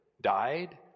died